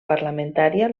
parlamentària